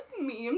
memes